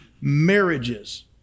marriages